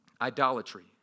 idolatry